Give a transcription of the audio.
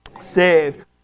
Saved